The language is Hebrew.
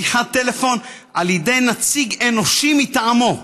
בשיחת טלפון על ידי נציג אנושי מטעמו,